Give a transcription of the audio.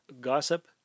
Gossip